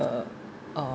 err uh